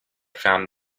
found